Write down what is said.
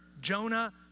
Jonah